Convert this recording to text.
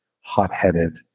hot-headed